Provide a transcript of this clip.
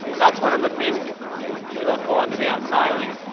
that's one of the things that i find about sailing,